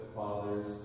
fathers